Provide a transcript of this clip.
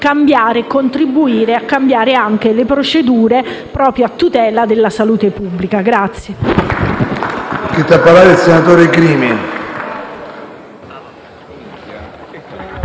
contribuire a cambiare anche le procedure a tutela della salute pubblica.